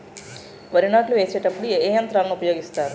వరి నాట్లు వేసేటప్పుడు ఏ యంత్రాలను ఉపయోగిస్తారు?